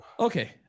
okay